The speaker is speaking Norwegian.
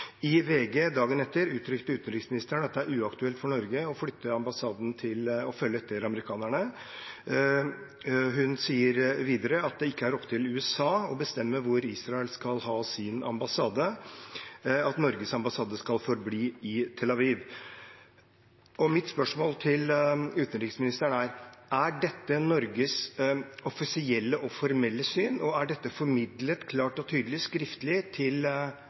I VG dagen etter uttrykte utenriksministeren at det er uaktuelt for Norge å flytte ambassaden og følge etter amerikanerne. Hun sier videre at det ikke er opp til USA å bestemme hvor de skal ha sin ambassade, at Norges ambassade skal forbli i Tel Aviv. Mitt spørsmål til utenriksministeren er: Er dette Norges offisielle og formelle syn, og er dette formidlet klart og tydelig skriftlig til